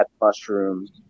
mushrooms